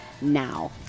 now